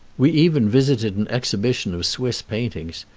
we even visited an exhibition of swiss paintings,